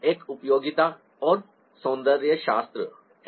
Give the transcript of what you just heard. एक उपयोगिता और सौंदर्यशास्त्र है